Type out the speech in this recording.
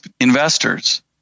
investors